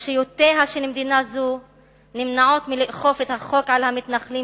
רשויותיה של מדינה זו נמנעות מלאכוף את החוק על המתנחלים,